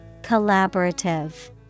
Collaborative